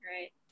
right